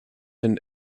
and